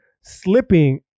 slipping